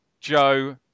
Joe